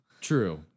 true